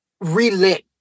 relit